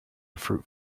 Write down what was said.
fruit